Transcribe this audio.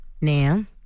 Nam